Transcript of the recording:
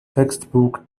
textbook